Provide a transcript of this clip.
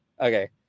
Okay